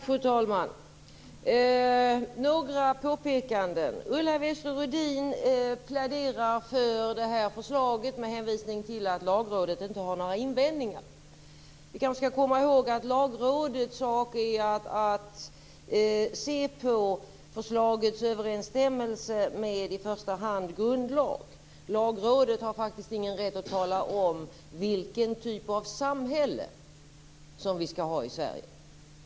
Fru talman! Jag vill göra några påpekanden. Ulla Wester-Rudin pläderar för det här förslaget med hänvisning till att Lagrådet inte har några invändningar. Vi kanske skall komma ihåg att Lagrådets sak är att se på förslagets överensstämmelse med i första hand grundlag. Lagrådet har ingen rätt att tala om vilken typ av samhälle som vi skall ha i Sverige.